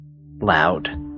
loud